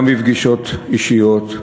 גם בפגישות אישיות,